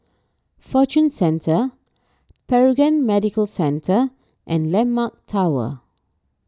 Fortune Centre Paragon Medical Centre and Landmark Tower